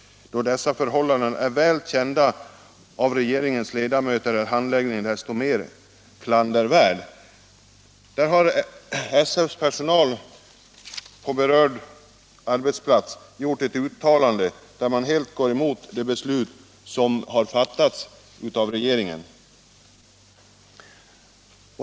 Då dessa förhållanden är väl kända av regeringens ledamöter är handläggningen desto mer klandervärd.” Där har SF:s personal på berörd arbetsplats gjort ett uttalande som helt går emot det beslut som har fattats av regeringen.